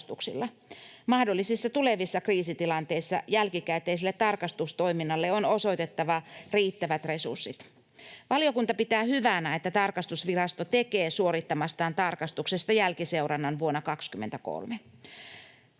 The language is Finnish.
Mahdollisissa tulevissa kriisitilanteissa jälkikäteiselle tarkastustoiminnalle on osoitettava riittävät resurssit. Valiokunta pitää hyvänä, että tarkastusvirasto tekee suorittamastaan tarkastuksesta jälkiseurannan vuonna 23.